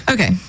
Okay